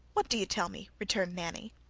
what do you tell me? returned nanny.